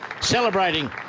celebrating